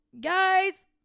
guys